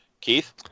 Keith